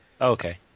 okay